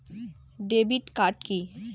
Debit card key?